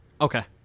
Okay